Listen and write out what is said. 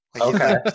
Okay